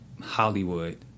Hollywood